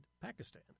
Pakistan